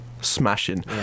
Smashing